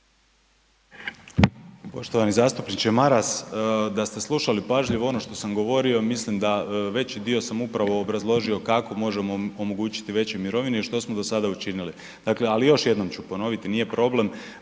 Poštovani zastupniče Maras, da ste slušali pažljivo ono što sam govorio, mislim da veći dio sam upravo obrazložio kako možemo omogućiti mirovine i što smo do sada učinili dakle ali još jednom ću ponoviti, nije problem.